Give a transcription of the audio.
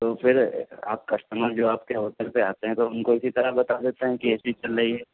تو پھر آپ کسٹمر جو آپ کے ہوٹل پہ آتے ہیں تو ان کو اسی طرح بتا دیتے ہیں کہ اے سی چل رہی ہے